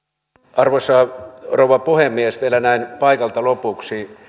arvoisa rouva puhemies vielä näin paikalta lopuksi